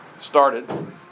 started